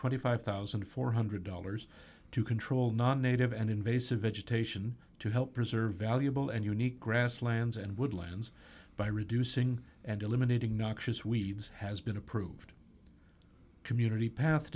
twenty five thousand four hundred dollars to control non native and invasive vegetation to help preserve valuable and unique grasslands and woodlands by reducing and eliminating noxious weeds has been approved community path